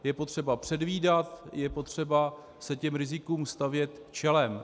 Je potřeba předvídat, je potřeba se těm rizikům stavět čelem.